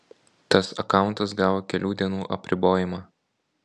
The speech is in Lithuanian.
tas akauntas gavo kelių dienų apribojimą